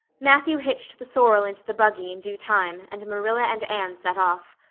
matthew hitched the sorrel into the buggy in due time and marilla and anne set off.